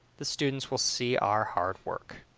the students will see our hard work.